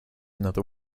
another